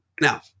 now